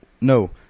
No